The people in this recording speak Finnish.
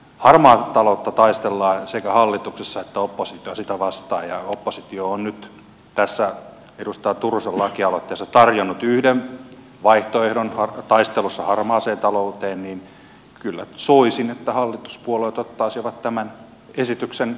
harmaata taloutta vastaan taistelemme sekä hallituksessa että oppositiossa ja kun oppositio on nyt tässä edustaja turusen lakialoitteessa tarjonnut yhden vaihtoehdon taistelussa harmaata taloutta vastaan niin kyllä soisin että hallituspuolueet ottaisivat tämän esityksen mielihyvin vastaan